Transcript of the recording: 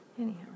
anyhow